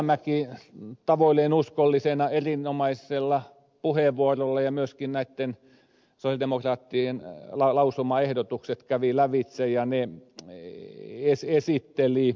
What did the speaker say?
rajamäki tavoilleen uskollisena piti erinomaisen puheenvuoron ja myöskin nämä sosialidemokraattien lausumaehdotukset kävi lävitse ja ne esitteli